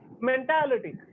mentality